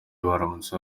baramutse